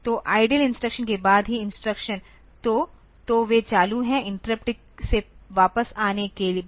तो idle instruction के बाद ही इंस्ट्रक्शंस तो तो वे चालू है इंटरप्ट से वापस आने के बाद